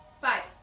Five